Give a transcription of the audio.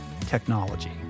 technology